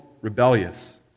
rebellious